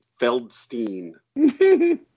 Feldstein